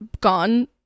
gone